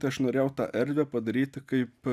tai aš norėjau tą erdvę padaryti kaip